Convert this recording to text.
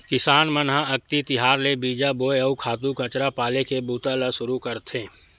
किसान मन ह अक्ति तिहार ले बीजा बोए, अउ खातू कचरा पाले के बूता ल सुरू करथे